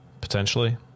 Potentially